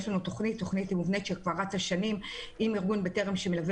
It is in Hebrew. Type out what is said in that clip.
יש לנו תוכנית מובנית שכבר רצה שנים עם ארגון בטרם שמלווה